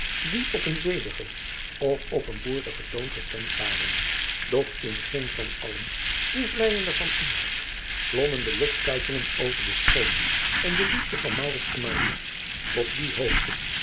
die op een zedigen of op een boertigen toon gestemd waren doch in geen van allen hoe vleijende van inhoud klommen de loftuitingen over de schoonheid en de liefde van en tot die hoogte